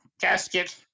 casket